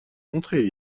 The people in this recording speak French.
montrer